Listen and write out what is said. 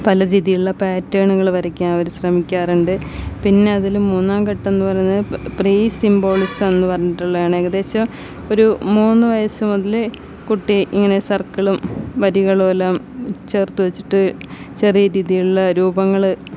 പല രീതിയിലുള്ള പാറ്റേണുകൾ വരയ്ക്കാൻ അവർ ശ്രമിക്കാറുണ്ട് പിന്നെ അതിൽ മൂന്നാങ്കട്ടം എന്നുപറയുന്നത് പ്രീ സിമ്പോളിസം എന്നുപറഞ്ഞിട്ടുള്ളതാണ് ഏകദേശം ഒരു മൂന്നു വയസ്സു മുതൽ കുട്ടി ഇങ്ങനെ സിർക്കിളും വരികളുമെല്ലാം ചേർത്തുവെച്ചിട്ട് ചെറിയ രീതിയിലുള്ള രൂപങ്ങൾ